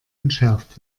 entschärft